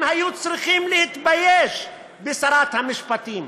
הם היו צריכים להתבייש בשרת המשפטים,